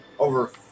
Over